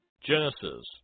Genesis